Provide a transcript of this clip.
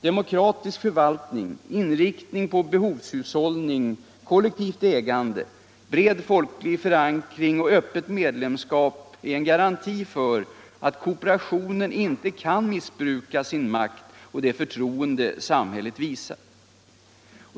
Demokratisk förvaltning, inriktning på behovshushållning, kollektivt ägande, bred folklig förankring och öppet medlemskap är en garanti för att kooperationen inte kan missbruka sin makt och det förtroende samhället visar.